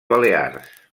balears